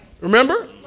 Remember